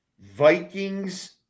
Vikings